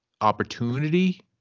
opportunity